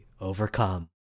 overcome